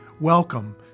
Welcome